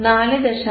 8 4